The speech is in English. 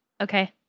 Okay